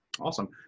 Awesome